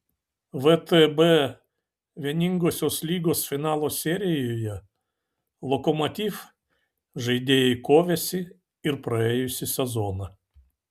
vtb vieningosios lygos finalo serijoje lokomotiv žaidėjai kovėsi ir praėjusį sezoną